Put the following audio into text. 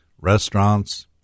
restaurants